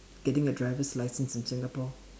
getting a driver's license in Singapore